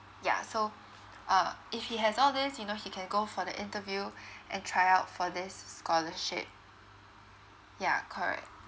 yeah so uh if he has all these you know he can go for the interview and try out for this scholarship yeah correct